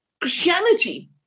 Christianity